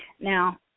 Now